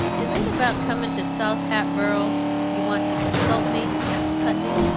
is it about coming to south hatboro' you want to consult me? asked putney.